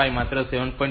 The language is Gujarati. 5 માત્ર 7